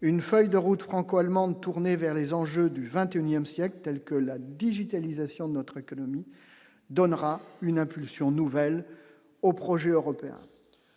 une feuille de route franco-allemande, tourné vers les enjeux du XXIe siècle, telle que la digitalisation de notre économie, donnera une impulsion nouvelle au projet européen.